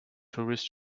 tourist